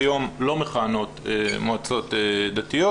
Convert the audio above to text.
כיום לא מכהנות מועצות דתיות.